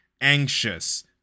anxious